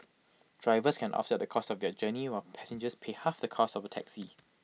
drivers can offset the cost of their journey while passengers pay half the cost of A taxi